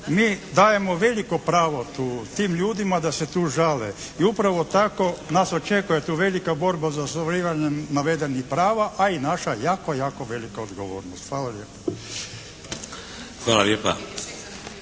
mi dajemo veliko pravo tu, tim ljudima da se tu žale. I upravo tako nas očekuje tu velika borba za ostvarivanje navedenih prava a i naša jako, jako velika odgovornost. Hvala lijepo.